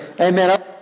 Amen